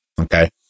okay